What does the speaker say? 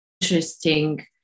interesting